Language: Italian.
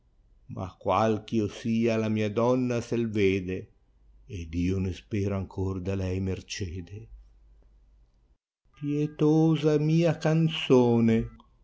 ma qual eh io sìa la mia donna se h veda ed io ne spero ancor da lei meroado pietosa mia cansone